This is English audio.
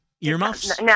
Earmuffs